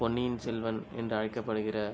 பொன்னியின் செல்வன் என்று அழைக்கப்படுகிற